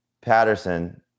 Patterson